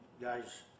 guys